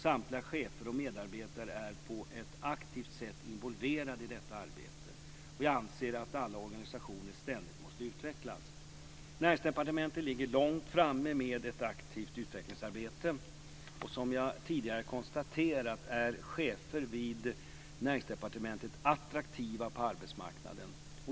Samtliga chefer och medarbetare är på ett aktivt sätt involverade i detta arbete. Jag anser att alla organisationer ständigt måste utvecklas. Näringsdepartementet ligger långt framme med ett aktivt utvecklingsarbete. Som jag tidigare konstaterat är chefer vid Näringsdepartementet attraktiva på arbetsmarknaden.